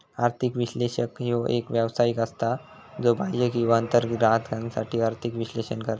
आर्थिक विश्लेषक ह्यो एक व्यावसायिक असता, ज्यो बाह्य किंवा अंतर्गत ग्राहकांसाठी आर्थिक विश्लेषण करता